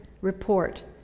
report